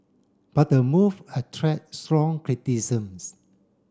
but the move attract strong criticism